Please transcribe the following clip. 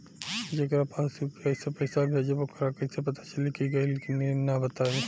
जेकरा पास यू.पी.आई से पईसा भेजब वोकरा कईसे पता चली कि गइल की ना बताई?